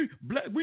Black